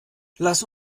lass